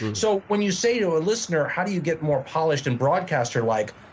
so when you say to a listener how do you get more polished and broadcaster-like,